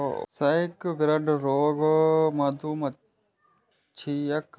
sacbrood रोग मधुमाछीक सबसं आम वायरल रोग छियै